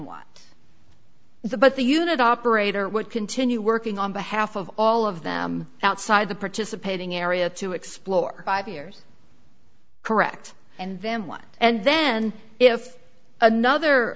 what the but the unit operator would continue working on behalf of all of them outside the participating area to explore five years correct and then what and then if another